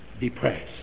depressed